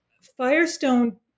Firestone